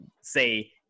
say